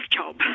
job